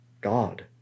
God